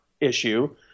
issue